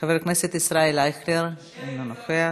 חבר הכנסת ישראל אייכלר, אינו נוכח.